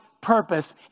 purpose